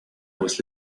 was